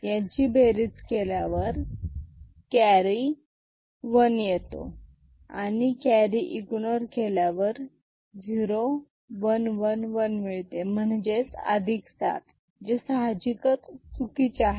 यांची बेरीज केल्यावर कॅरी वन येतो आणि कॅरी इग्नोर केल्यावर 0 1 1 1 मिळते म्हणजेच 7 जे सहाजिकच चुकीचे आहे